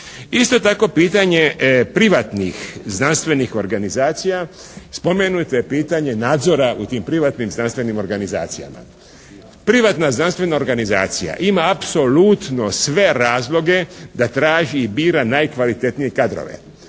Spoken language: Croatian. Isto tako, pitanje privatnih znanstvenih organizacija, spomenuto je pitanje nadzora u tim privatnim znanstvenim organizacijama. Privatna znanstvena organizacija ima apsolutno sve razloge da traži i bira najkvalitetnije kadrove.